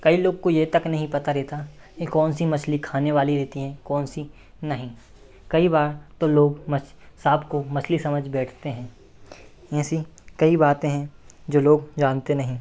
कई लोगों को ये तक नहीं पता रहता कि कौन सी मछली खाने वाली रहती हैं कौन सी नहीं कई बार तो लोग सांप को मछली समझ बैठते हैं ऐसी कई बातें हैं जो लोग जानते नहीं